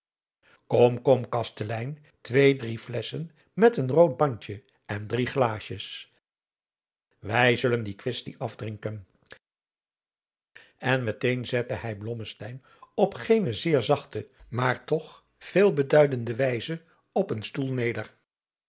kom kom kastelein twee drie flesschen met een rood bandje en drie glaasjes wij zullen die kwestie afdrinken en met een zette hij blommesteyn op geene zeer zachte maar toch veel beduidende wijze op een stoel neder